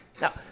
Now